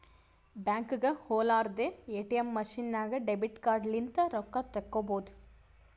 ಬ್ಯಾಂಕ್ಗ ಹೊಲಾರ್ದೆ ATM machine ನಾಗ್ ಡೆಬಿಟ್ ಕಾರ್ಡ್ ಲಿಂತ್ ರೊಕ್ಕಾ ತೇಕೊಬೋದ್